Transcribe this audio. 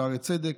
שערי צדק,